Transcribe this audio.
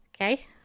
Okay